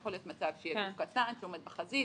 שיכול להיות מצב שהוא עומד בחזית,